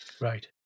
right